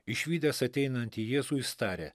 išvydęs ateinantį jėzų jis tarė